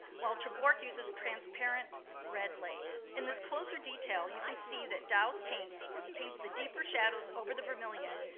while ter borch uses transparent red lake. in this closer detail, you can see that dou's paints paints the deeper shadows over the vermilion,